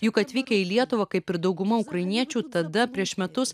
juk atvykę į lietuvą kaip ir dauguma ukrainiečių tada prieš metus